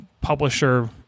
publisher